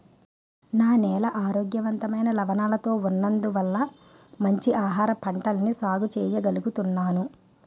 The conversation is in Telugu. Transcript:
నా నేల ఆరోగ్యవంతమైన లవణాలతో ఉన్నందువల్ల మంచి ఆహారపంటల్ని సాగు చెయ్యగలుగుతున్నాను